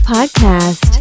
Podcast